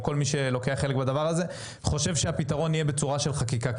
כל מי שלוקח חלק בדבר הזה חושב שהפתרון יהיה בצורה של חקיקה,